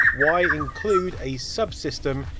why include a sub-system,